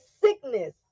sickness